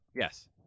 Yes